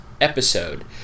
episode